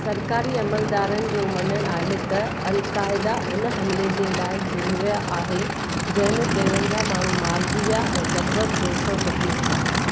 सरकारी अमलदारनि जो मञणु आहे त अलक़ाइदा उन हमले जे लाइ ज़िमेवारु आहे जहिं में टेवंजाहु माण्हू मारिजी विया ऐं लॻभॻि टे सौ ज़ख्मी थिया